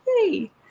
Hey